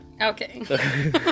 Okay